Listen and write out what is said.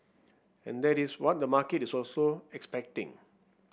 and that is what the market is also expecting